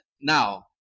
now